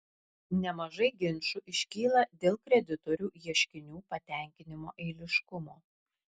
nemažai ginčų iškyla dėl kreditorių ieškinių patenkinimo eiliškumo